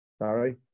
Sorry